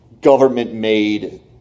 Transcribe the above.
government-made